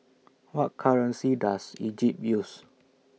What currency Does Egypt use